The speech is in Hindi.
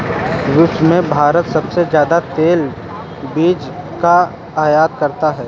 विश्व में भारत सबसे ज्यादा तेल के बीज का आयत करता है